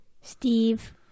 Steve